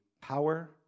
power